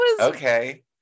okay